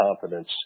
confidence